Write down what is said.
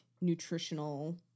nutritional